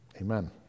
Amen